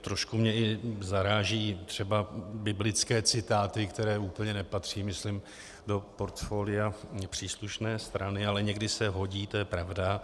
Trošku mě i zarážejí třeba biblické citáty, které úplně nepatří myslím do portfolia příslušné strany, ale někdy se hodí, to je pravda.